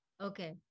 okay